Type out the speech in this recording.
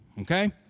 okay